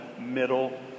middle